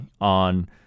on